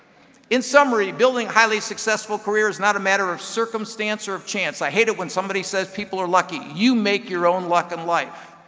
in summary, building a highly-successful career is not a matter of circumstance or of chance. i hate it when somebody says people are lucky. you make your own luck in life.